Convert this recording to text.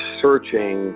searching